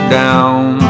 down